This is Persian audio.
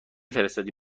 فرستادی